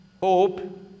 hope